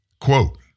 Quote